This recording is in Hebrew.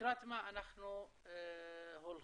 לקראת מה אנחנו הולכים?